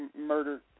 murdered